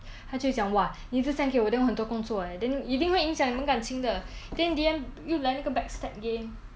他就会讲 !wah! 你一直 send 给我 then 我很多工作 eh then 一定会影响你们感情的 then in the end 又来那个 backstab game